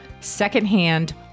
secondhand